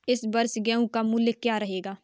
इस वर्ष गेहूँ का मूल्य क्या रहेगा?